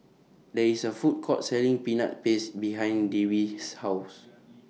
There IS A Food Court Selling Peanut Paste behind Dewey's House